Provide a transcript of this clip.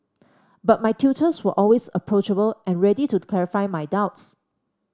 but my tutors were always approachable and ready to clarify my doubts